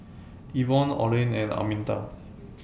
Ivonne Olen and Arminta